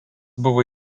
buvo